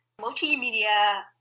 multimedia